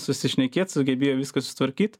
susišnekėt sugebėjo viską sutvarkyt